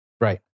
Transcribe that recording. Right